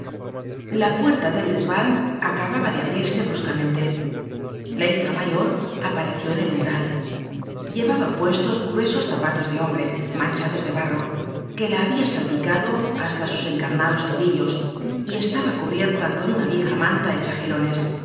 la puerta del desvan acababa de abrirse bruscamente la hija mayor apareció en el umbral llevaba puestos gruesos zapatos de hombre manchados de barro que la habia salpicado hasta sus encarnados tobillos y estaba cubierta con una vieja manta hecha girones